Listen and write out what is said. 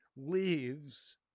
leaves